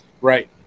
Right